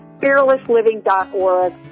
fearlessliving.org